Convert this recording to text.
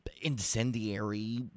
incendiary